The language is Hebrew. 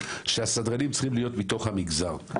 שהסדרנים צריכים להיות מתוך המגזר.